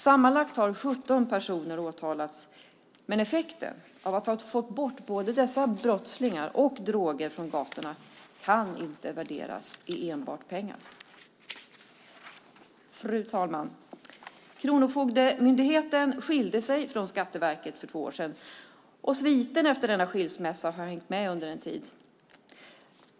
Sammanlagt har 17 personer åtalats, men effekten av att ha fått bort både dessa brottslingar och droger från gatorna kan inte enbart värderas i pengar. Fru talman! Kronofogdemyndigheten skilde sig från Skatteverket för två år sedan, och sviterna efter denna skilsmässa har hängt med under en tid.